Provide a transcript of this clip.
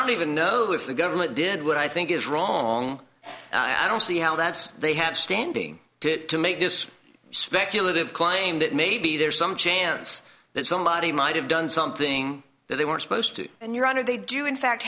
don't even know if the government did what i think is wrong and i don't see how that's they have standing to make this speculative claim that maybe there's some chance that somebody might have done something that they weren't supposed to and your honor they do in fact